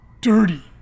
dirty